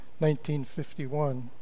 1951